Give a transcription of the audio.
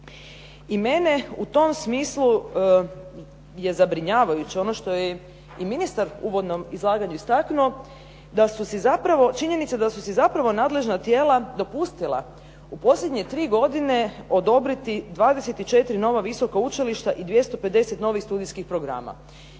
I mene u tom smislu je zabrinjavajuće ono što je i ministar u uvodnom izlaganju istaknuo da su si zapravo, činjenice da su si zapravo nadležna tijela dopustila u posljednje tri godine odobriti 24 nova visoka učilišta i 250 novih studentskih programa.